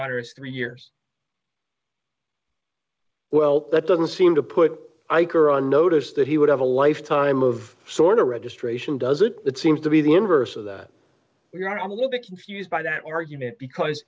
daughter's three years well that doesn't seem to put eicher on notice that he would have a lifetime of sort of registration doesn't that seem to be the inverse of that we're i'm a little bit confused by that argument because